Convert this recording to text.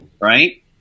right